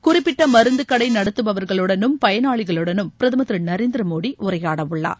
குறிப்பிட்ட மருந்துக்கடை நடத்துபவர்களுடனும் பயனாளிகளுடனும் பிரதமர் திரு நரேந்திர மோடி உரையாட உள்ளார்